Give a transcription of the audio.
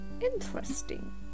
Interesting